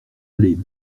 aller